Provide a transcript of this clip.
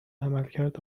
عملکرد